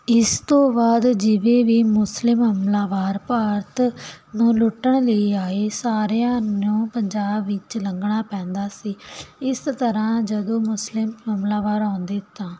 ਇਸ ਤੋਂ ਬਾਅਦ ਜਿਵੇਂ ਹੀ ਮੁਸਲਿਮ ਹਮਲਾਵਰ ਭਾਰਤ ਨੂੰ ਲੁੱਟਣ ਲਈ ਆਏ ਸਾਰਿਆਂ ਨੂੰ ਪੰਜਾਬ ਵਿੱਚੋਂ ਲੰਘਣਾ ਪੈਂਦਾ ਸੀ ਇਸ ਤਰ੍ਹਾਂ ਜਦੋਂ ਮੁਸਲਿਮ ਹਮਲਾਵਰ ਆਉਂਦੇ ਤਾਂ